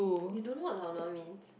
you don't know what lao nua means